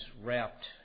wrapped